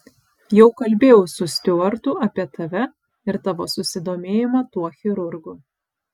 jau kalbėjau su stiuartu apie tave ir tavo susidomėjimą tuo chirurgu